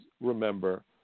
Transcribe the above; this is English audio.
remember